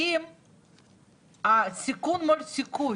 מה הסיכון מול סיכוי?